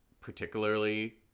particularly